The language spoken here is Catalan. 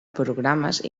programes